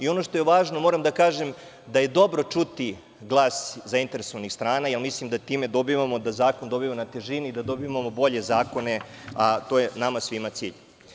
Ono što je važno, moram da kažem da je dobro čuti glas zainteresovanih strana, jer mislim da time dobijamo, da zakon dobija na težini, da dobijamo bolje zakone, a to je nama svima cilj.